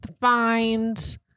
find